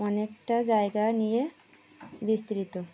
অনেকটা জায়গা নিয়ে বিস্তৃত